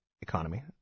economy